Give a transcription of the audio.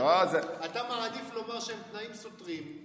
אתה מעדיף לומר שהם תנאים סותרים.